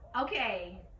okay